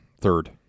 Third